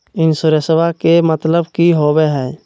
इंसोरेंसेबा के मतलब की होवे है?